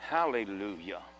Hallelujah